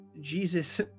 Jesus